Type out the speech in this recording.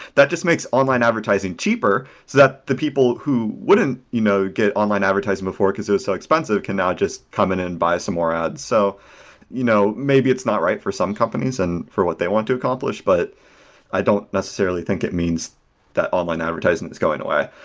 that just makes online advertising cheaper, so that the people who wouldn't you know get online advertisement before, because it was so expensive, can now just come in and buy some more ads. so you know maybe it's not write for some companies and for what they want to accomplish, but i don't necessarily think it means that online advertisement is going away.